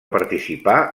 participar